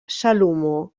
salomó